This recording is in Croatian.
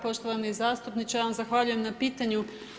Poštovani zastupniče, ja vam zahvaljujem na pitanju.